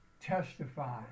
testify